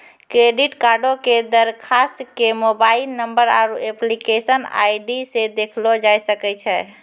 credit कार्डो के दरखास्त के मोबाइल नंबर आरु एप्लीकेशन आई.डी से देखलो जाय सकै छै